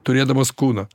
turėdamas kūną